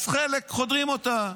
אז חלק חודרים אותה.